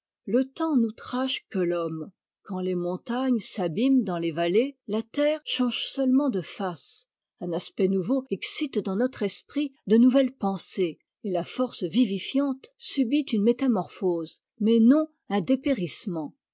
le temps n'outrage que l'homme quand les montagnes s'abîment dans les vallées la terre change seulement de face un aspect nouveau excite dans notre esprit de nouvelles pensées et la force vivifiante subit une métamorphose mais non un dépérissement